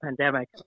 pandemic